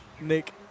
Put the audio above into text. Nick